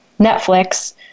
Netflix